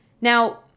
Now